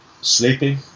sleeping